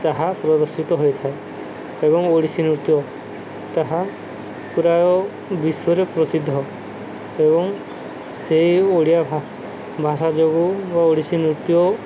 ତାହା ପ୍ରଦର୍ଶିତ ହୋଇଥାଏ ଏବଂ ଓଡ଼ିଶୀ ନୃତ୍ୟ ତାହା ପ୍ରାୟ ବିଶ୍ୱରେ ପ୍ରସିଦ୍ଧ ଏବଂ ସେଇ ଓଡ଼ିଆ ଭାଷା ଯୋଗୁଁ ବା ଓଡ଼ିଶୀ ନୃତ୍ୟ